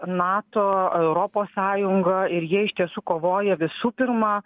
nato europos sąjunga ir jie iš tiesų kovoja visų pirma